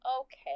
Okay